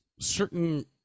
certain